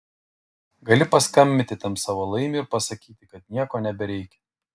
gali paskambinti tam savo laimiui ir pasakyti kad nieko nebereikia